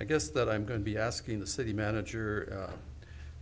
i guess that i'm going to be asking the city manager